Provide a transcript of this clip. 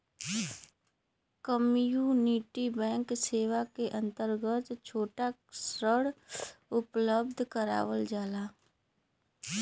community bank सेवा क अंतर्गत छोटा ऋण उपलब्ध करावल जाला